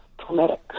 traumatic